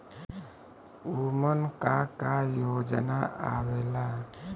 उमन का का योजना आवेला?